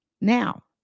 Now